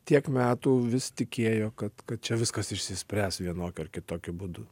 tiek metų vis tikėjo kad kad čia viskas išsispręs vienokiu ar kitokiu būdu